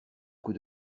coups